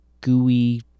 gooey